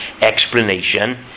explanation